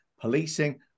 policing